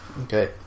Okay